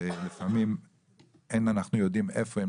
ולפעמים אין אנחנו יודעים איפה הם